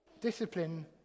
discipline